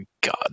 god